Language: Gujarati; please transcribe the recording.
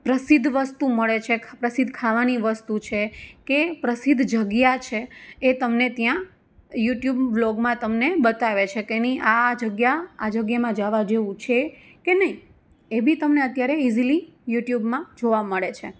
પ્રસિદ્ધ વસ્તુ મળે છે પ્રસિદ્ધ ખાવાની વસ્તુ છે કે પ્રસિદ્ધ જગ્યા છે એ તમને ત્યાં યુટ્યુબ વ્લોગમાં તમને બતાવે છે કે એની આ આ જગ્યા આ જગ્યામાં જવા જેવું છે કે નહીં એ બી તમને અત્યારે ઇઝીલી યુટ્યુબમાં જોવા મળે છે